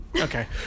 Okay